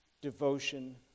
devotion